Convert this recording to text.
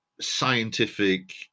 scientific